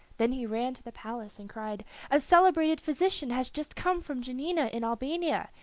then he ran to the palace and cried a celebrated physician has just come from janina in albania.